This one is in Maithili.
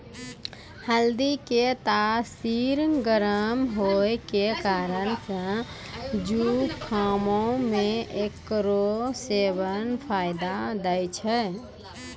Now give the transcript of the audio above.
हल्दी के तासीर गरम होय के कारण से जुकामो मे एकरो सेबन फायदा दै छै